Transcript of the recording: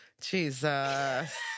Jesus